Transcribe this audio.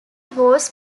was